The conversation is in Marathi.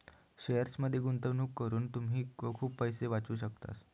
शेअर्समध्ये गुंतवणूक करून तुम्ही खूप पैसे वाचवू शकतास